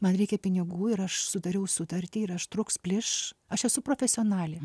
man reikia pinigų ir aš sudariau sutartį ir aš trūks plyš aš esu profesionalė